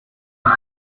ist